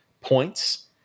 points